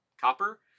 copper